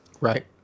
right